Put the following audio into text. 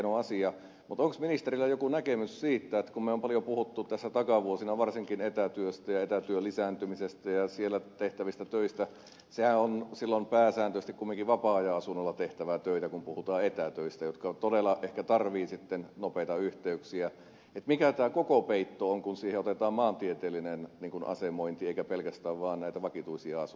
mutta onko ministerillä joku näkemys siitä kun me olemme paljon puhuneet takavuosina varsinkin etätyöstä ja etätyön lisääntymisestä ja siellä tehtävistä töistä sehän on silloin pääsääntöisesti kumminkin vapaa ajanasunnolla tehtävää työtä kun puhutaan etätöistä jotka työt todella tarvitsevat ehkä sitten nopeita yhteyksiä mikä tämä koko peitto on kun siihen otetaan maantieteellinen asemointi eikä pelkästään näitä vakituisia asuntoja